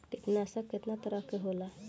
कीटनाशक केतना तरह के होला?